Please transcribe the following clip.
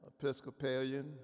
Episcopalian